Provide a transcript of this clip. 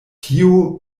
tio